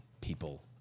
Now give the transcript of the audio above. people